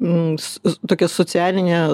mums tokia socialinė